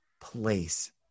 place